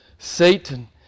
Satan